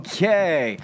Okay